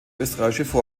österreichische